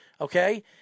Okay